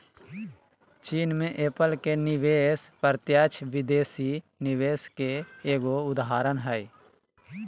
चीन मे एप्पल के निवेश प्रत्यक्ष विदेशी निवेश के एगो उदाहरण हय